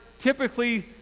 typically